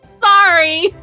sorry